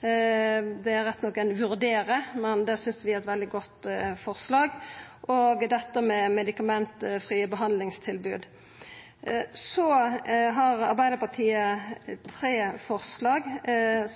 Det står rett nok «vurdere», men vi synest det er eit veldig godt forslag, og òg dette med medikamentfrie behandlingstilbod. Så har Arbeidarpartiet tre forslag,